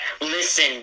Listen